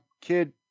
kid